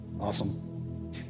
Awesome